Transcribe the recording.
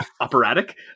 operatic